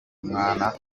umwana